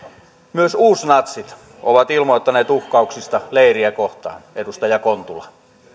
myös uusnatsit ovat ilmoittaneet uhkauksista leiriä kohtaan edustaja kontula